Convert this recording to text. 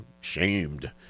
shamed